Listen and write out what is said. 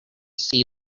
see